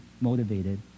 motivated